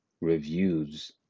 reviews